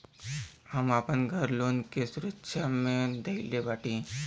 हम आपन घर लोन के सुरक्षा मे धईले बाटी